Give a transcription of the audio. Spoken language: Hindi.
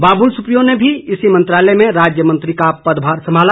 बाबुल सुप्रियो ने भी इसी मंत्रालय में राज्य मंत्री का पदभार संभाला